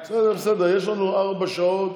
בסדר, בסדר, יש לנו ארבע שעות.